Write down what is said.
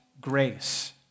grace